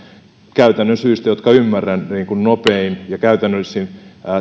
käytännön syistä jotka ymmärrän nopein ja käytännöllisin